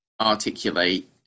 articulate